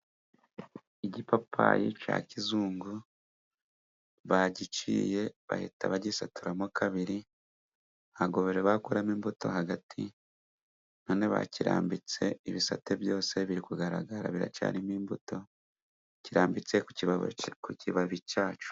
Igipapayi cya kizungu bagiciye bahita bagisaturamo kabiri, ntago bari bakuramo imbuto hagati none bakirambitse ibisate byose biri kugaragara, biracyarimo imbuto birambitse ku kibabi cya cyo.